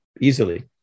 easily